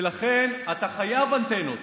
לכן אתה חייב אנטנות.